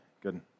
good